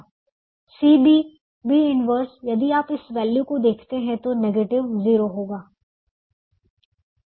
CB B 1 यदि आप इस वैल्यू को देखते हैं तो नेगेटिव 0 होगा 9 x 43